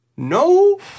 No